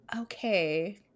Okay